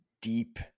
deep